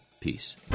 Peace